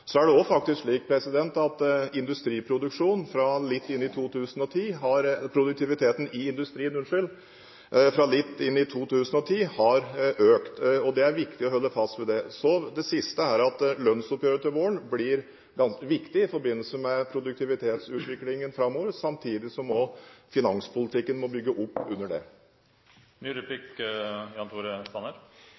Så er det faktisk også slik at produktiviteten i industrien har økt siden litt inn i 2010, og det er viktig å holde fast ved det. Det siste er at lønnsoppgjøret til våren blir viktig i forbindelse med produktivitetsutviklingen framover, samtidig som også finanspolitikken må bygge opp under det.